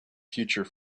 future